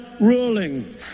ruling